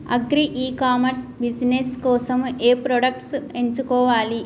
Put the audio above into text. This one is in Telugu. అగ్రి ఇ కామర్స్ బిజినెస్ కోసము ఏ ప్రొడక్ట్స్ ఎంచుకోవాలి?